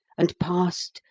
and passed,